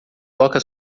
toca